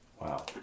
Wow